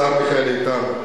השר מיכאל איתן,